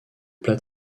plats